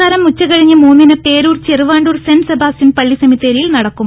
സംസ്കാരം ഉച്ചകഴിഞ്ഞ് മൂന്നിന് പേരൂർ ചെറുവാണ്ടൂർ സെന്റ് സെബാസ്റ്റ്യൻസ് പള്ളിസെമിത്തേരിയിൽ നടത്തും